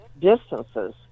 distances